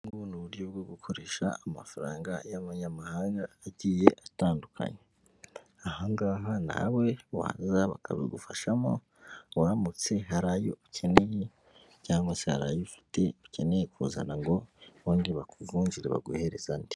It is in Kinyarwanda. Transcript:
Ubu ngubu ni uburyo bwo gukoresha amafaranga y'abanyamahanga agiye atandukany. Aha ngaha nawe waza bakabigufashamo, uramutse hari ayo ufite, cyangwa se hari ayo ufite ukeneye kuzana ngo ubundi bakuvungirere baguhereza andi.